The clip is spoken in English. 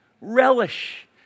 relish